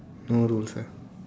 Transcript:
no rules ah